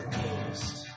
ghost